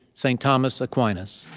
st. thomas aquinas.